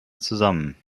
zusammen